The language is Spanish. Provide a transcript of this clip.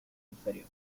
inferior